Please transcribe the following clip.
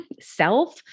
self